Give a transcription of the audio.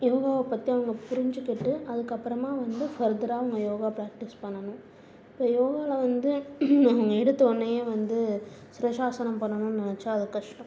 யோகாவை பற்றி அவங்க புரிஞ்சிகிட்டு அதுக்கப்புறமாக வந்து ஃபர்த்தராக அவங்க யோகா ப்ராக்டிஸ் பண்ணணும் இப்போ யோகாவில வந்து அவங்க எடுத்தோனையே வந்து ஸ்ரேஷாசனம் பண்ணணும் நினச்சா அது கஷ்டம்